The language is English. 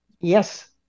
Yes